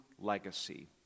legacy